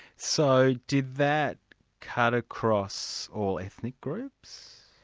so did that cut across all ethnic groups?